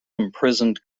imprisoned